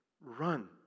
run